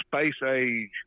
space-age